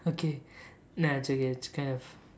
okay nah it's okay it's kind of